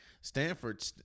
Stanford